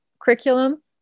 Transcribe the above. curriculum